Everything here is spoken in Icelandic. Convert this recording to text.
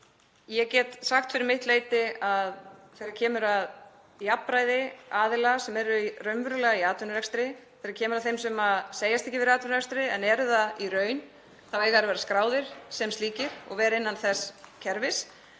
Ég get sagt fyrir mitt leyti að þegar kemur að jafnræði aðila sem eru raunverulega í atvinnurekstri og þegar kemur að þeim sem segjast ekki vera í atvinnurekstri en eru það í raun þá eiga þeir að vera skráðir sem slíkir og vera innan þess kerfis.